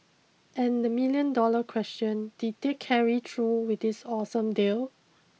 and the million dollar question did they carry through with this awesome deal